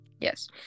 yes